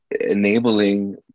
enabling